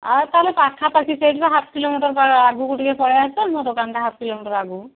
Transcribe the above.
ଆଉ ତାହେଲେ ପାଖାପାଖି ସେଇଠି ହାଫ କିଲୋମିଟର ଆଗକୁ ଟିକେ ପଳେଇଆସ ମୋ ଦୋକାନଟା ହାଫ କିଲୋମିଟର ଆଗକୁ